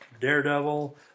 Daredevil